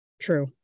True